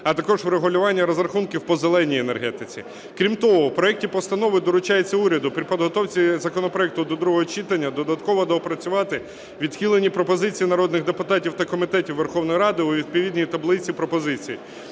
а також врегулювання розрахунків по "зеленій" енергетиці. Крім того, у проекті постанови доручається уряду при підготовці законопроекту до другого читання додатково доопрацювати відхилені пропозиції народних депутатів та комітетів Верховної Ради у відповідній таблиці пропозицій.